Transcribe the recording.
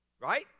Right